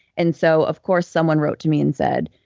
and so of course, someone wrote to me and said,